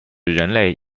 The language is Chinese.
人类